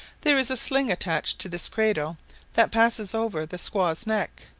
there is a sling attached to this cradle that passes over the squaw's neck,